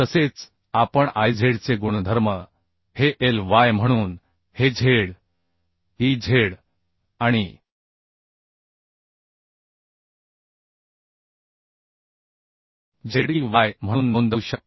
तसेच आपण आयझेडचे गुणधर्म हे Iyम्हणून हे zez आणि zey म्हणून नोंदवू शकतो